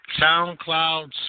SoundCloud